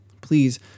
Please